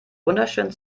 wunderschönen